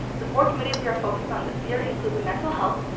the four committees we are focused on this year includes and mental health,